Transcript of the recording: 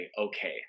okay